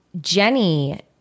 Jenny